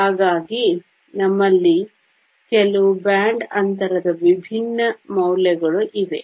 ಹಾಗಾಗಿ ನಮ್ಮಲ್ಲಿ ಕೆಲವು ಬ್ಯಾಂಡ್ ಅಂತರದ ವಿಭಿನ್ನ ಮೌಲ್ಯಗಳು ಇವೆ